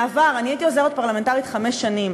בעבר אני הייתי עוזרת פרלמנטרית חמש שנים,